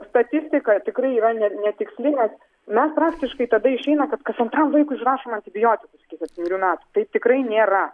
statistika tikrai yra ne netiksli nes mes praktiškai tada išeina kad kas antram vaikui išrašom antibiotikus iki septynerių metų taip tikrai nėra